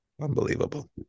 Unbelievable